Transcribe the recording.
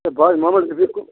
ہَے بہٕ حظ چھُس محمد رفیق